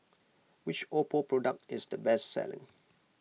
which Oppo product is the best selling